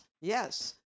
yes